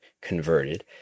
converted